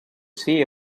say